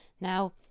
Now